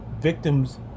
victims